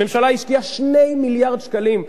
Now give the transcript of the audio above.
הממשלה השקיעה 2 מיליארד שקלים.